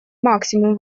максимум